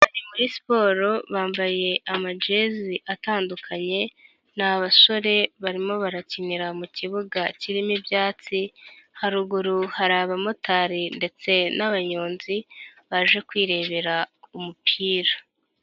Bari muri siporo bambaye amajezi atandukanye ni abasore barimo barakinira mu kibuga kirimo ibyatsi haruguru hari abamotari ndetse n'abanyonzi baje kwirebera umupira.